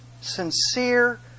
sincere